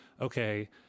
okay